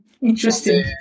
Interesting